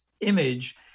image